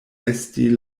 estis